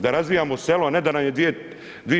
Da razvijamo selo, a ne da nam je 2/